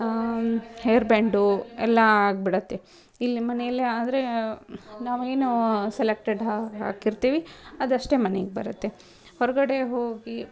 hairband ಎಲ್ಲ ಆಗಿಬಿಡತ್ತೆ ಇಲ್ಲಿ ಮನೆಯಲ್ಲೇ ಆದರೆ ನಾವೇನು ಸೆಲೆಕ್ಟೆಡ್ ಹಾಕಿರ್ತೀವಿ ಅದಷ್ಟೇ ಮನೆಗೆ ಬರುತ್ತೆ ಹೊರಗಡೆ ಹೋಗಿ